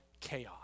chaos